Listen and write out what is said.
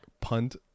punt